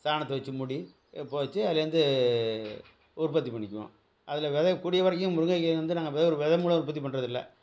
சாணத்தை வச்சு மூடி பொதைச்சி அதுலேருந்து உற்பத்தி பண்ணிக்குவோம் அதில் வெதைக் கூடிய வரைக்கும் முருங்கைக்கு வந்து நாங்கள் வே வெதை மூலமாக உற்பத்தி பண்ணுறது இல்லை